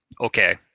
Okay